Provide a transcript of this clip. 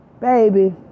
Baby